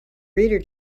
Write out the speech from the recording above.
reader